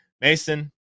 Mason